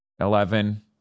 eleven